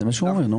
זה מה שהוא אומר.